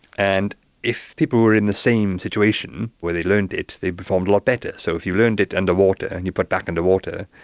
and if people were in the same situation where they learned it they performed a lot better. so if you learned it underwater and you were put back under water,